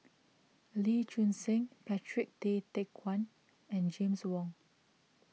Lee Choon Seng Patrick Tay Teck Guan and James Wong